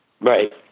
Right